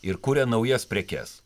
ir kuria naujas prekes